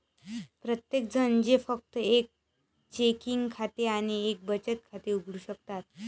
प्रत्येकजण जे फक्त एक चेकिंग खाते आणि एक बचत खाते उघडू शकतात